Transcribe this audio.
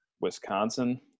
Wisconsin